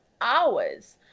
hours